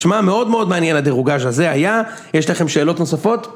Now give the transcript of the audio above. שמע, מאוד מאוד מעניין הדירוגז' הזה היה, יש לכם שאלות נוספות?